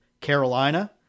Carolina